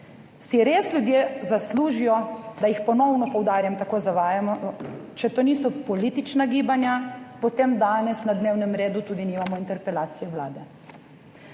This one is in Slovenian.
Si res ljudje zaslužijo, da jih, ponovno poudarjam, tako zavajamo? Če to niso politična gibanja, potem danes na dnevnem redu tudi nimamo interpelacije vlade.